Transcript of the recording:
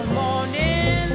morning